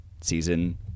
Season